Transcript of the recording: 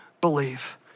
believe